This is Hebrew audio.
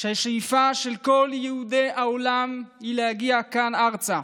שהשאיפה של כל יהודי העולם היא להגיע לכאן ארצה,